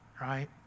Right